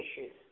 issues